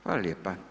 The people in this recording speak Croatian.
Hvala lijepa.